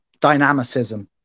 dynamicism